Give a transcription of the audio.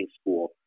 school